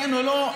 כן או לא,